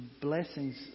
blessings